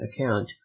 account